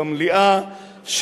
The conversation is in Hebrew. במליאה,